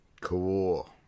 Cool